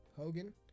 Hogan